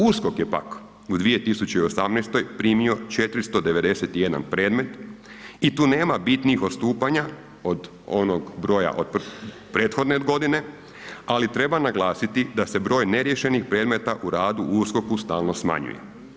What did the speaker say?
USKOK je pak u 2018. primio 491 predmet i tu nema bitnih odstupanja od onog broja od prethodne godine, ali treba naglasiti da se broj neriješenih predmeta u radu u USKOK-u stalno smanjuje.